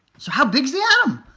so how big is the atom?